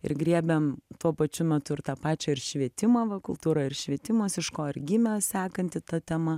ir griebėm tuo pačiu metu ir tą pačią ir švietimą va kultūra ir švietimas iš ko ir gimė sekanti ta tema